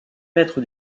maître